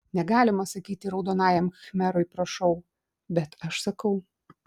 negalima sakyti raudonajam khmerui prašau bet aš sakau